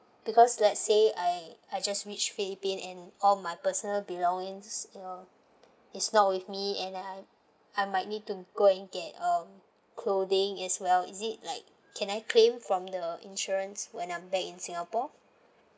because let's say I I just reached philippines and all my personal belongings uh is not with me and I I might need to go and get um clothing as well is it like can I claim from the insurance when I'm back in singapore